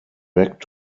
back